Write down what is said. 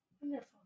Wonderful